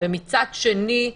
ומצד שני,